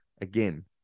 Again